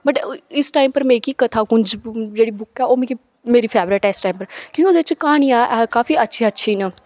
but इस time उप्पर में इक कथाकुंज जेह्ड़ी बुक ऐ ओह् मिगी मेरी फेवरट ऐ इस टाइम उप्पर क्यों ओहदे च क्हानियां काफी अच्छी अच्छी ना